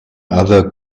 other